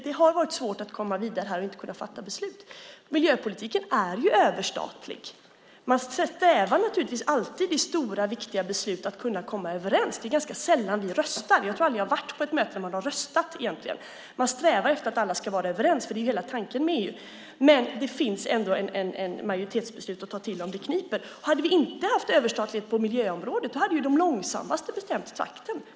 Det har varit svårt att komma vidare när man inte har kunnat fatta beslut. Miljöpolitiken är ju överstatlig. Man strävar naturligtvis alltid vid stora, viktiga beslut efter att kunna komma överens. Det är ganska sällan vi röstar. Jag tror aldrig att jag har varit på ett möte där man har röstat. Man strävar efter att alla ska vara överens. Det är hela tanken med EU. Men det finns ändå ett majoritetsbeslut att ta till om det kniper. Hade vi inte haft överstatlighet på miljöområdet hade ju de långsammaste bestämt takten.